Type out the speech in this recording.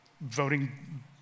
voting